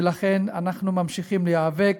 ולכן אנחנו ממשיכים להיאבק.